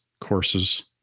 courses